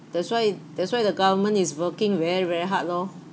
that's why that's why the government is working very very hard lor